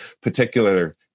particular